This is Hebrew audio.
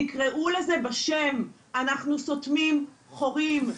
תקראו לזה בשם, אנחנו סותמים חורים.